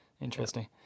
interesting